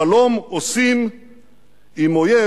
ששלום עושים עם אויב,